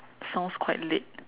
sounds quite late